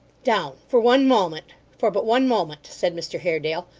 down for one moment for but one moment said mr haredale,